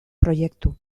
proiektu